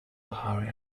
harry